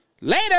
later